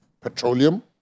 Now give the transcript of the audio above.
petroleum